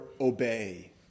obey